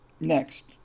next